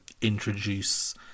introduce